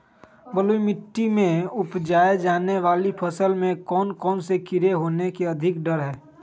बलुई मिट्टी में उपजाय जाने वाली फसल में कौन कौन से कीड़े होने के अधिक डर हैं?